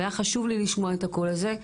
והיה חשוב לי לשמוע את הקול הזה.